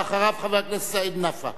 אחריו, חבר הכנסת סעיד נפאע.